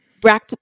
Black